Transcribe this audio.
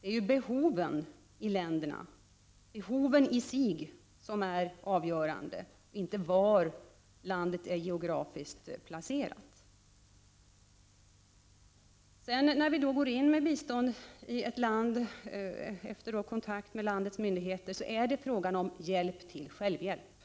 Det är behoven i sig i länderna som är avgörande, inte var länderna geografiskt är placerade. När Sverige går in med bistånd i ett land, efter kontakt med landets myndigheter, är det fråga om hjälp till självhjälp.